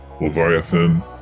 Leviathan